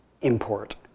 import